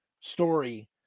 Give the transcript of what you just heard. story